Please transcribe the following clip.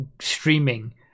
streaming